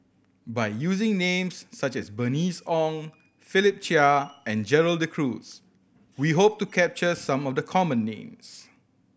by using names such as Bernice Ong Philip Chia and Gerald De Cruz we hope to capture some of the common names